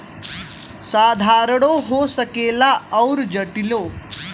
साधारणो हो सकेला अउर जटिलो